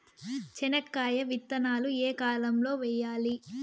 చెనక్కాయ విత్తనాలు ఏ కాలం లో వేయాలి?